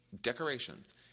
decorations